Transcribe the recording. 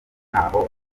ntaho